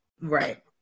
right